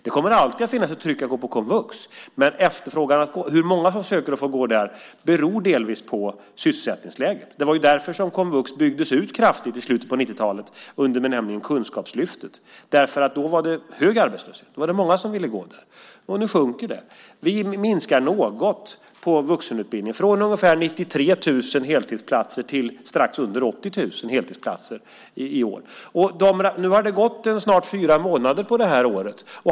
Det kommer alltid att finnas ett tryck att gå på komvux, men hur många som söker för att gå där beror delvis på sysselsättningsläget. Det var därför som komvux byggdes ut kraftigt i slutet av 90-talet under benämningen Kunskapslyftet. Då var det hög arbetslöshet, och det var många som ville gå där. Nu sjunker efterfrågan. Vi minskar något på vuxenutbildningen, från ungefär 93 000 heltidsplatser till strax under 80 000 heltidsplatser i år. Nu har det gått snart fyra månader på det här året.